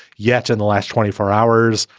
yet in the last twenty four hours,